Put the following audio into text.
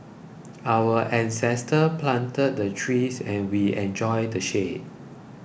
our ancestors planted the trees and we enjoy the shade